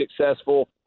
successful